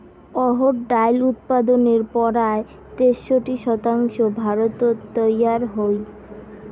অহর ডাইল উৎপাদনের পরায় তেষট্টি শতাংশ ভারতত তৈয়ার হই